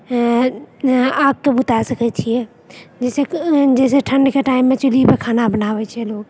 आगिके बुता सकै छिए जइसे जइसे ठण्डके टाइममे चुल्हिपर खाना बनाबै छै लोक